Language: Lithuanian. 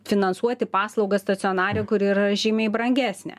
finansuoti paslaugas stacionare kur yra žymiai brangesnė